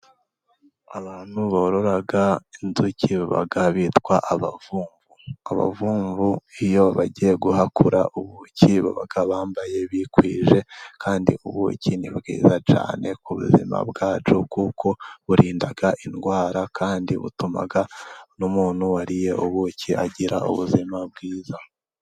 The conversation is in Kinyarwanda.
Abantu borora inzuki baba bitwa abavumvu. Abavumvu iyo bagiye guhakura ubuki baba bambaye bikwije, kandi ubuki ni bwiza cyane ku buzima bwacu, kuko burinda indwara kandi butuma n'umuntu wariye ubuki agira ubuzima bwiza.